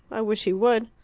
i wish he would.